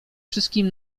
wszystkim